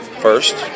First